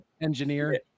engineer